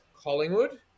Collingwood